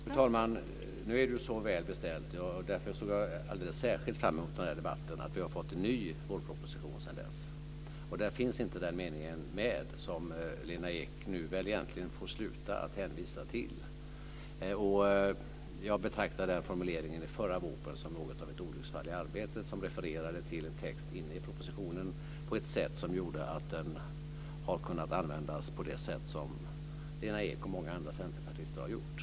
Fru talman! Nu är det så väl beställt - och därför såg jag alldeles särskilt fram mot den här debatten - att vi sedan dess har fått en ny vårproposition. Där finns inte den mening som Lena Ek nu väl får sluta att hänvisa till med. Formuleringen i den förra propositionen refererade till en text inne i propositionen på ett sådant sätt att den har kunnat användas på det vis som Lena Ek och många andra centerpartister har gjort.